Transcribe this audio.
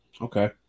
Okay